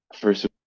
first